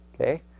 okay